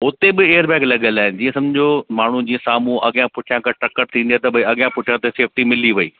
हुते बि air bag लॻियल आहे जीअं समुझो माण्हू जीअं साम्हूं अॻियां पुठिया अगरि टकर थींदी आहे त भई अॻियां पुठियां त सेफ्टी मिली वेई